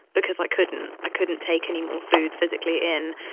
because i couldn't, i couldn't take any more food physically in.